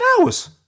hours